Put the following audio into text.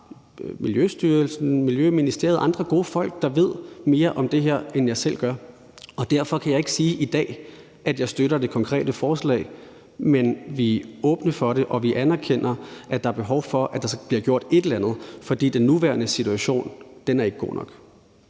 Miljøstyrelsen, Miljøministeriet og andre gode folk, der ved mere om det her, end jeg selv gør. Derfor kan jeg ikke sige i dag, at jeg støtter det konkrete forslag, men vi er åbne for det, og vi anerkender, at der er behov for, at der bliver gjort et eller andet, for den nuværende situation er ikke god nok.